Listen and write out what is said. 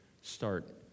start